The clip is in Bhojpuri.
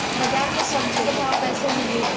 बाजार मे सब्जी क भाव कैसे मिली?